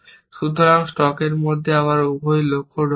সুতরাং আমি স্ট্যাকের মধ্যে আবার উভয় লক্ষ্য ঢোকাব